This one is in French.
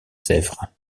sèvres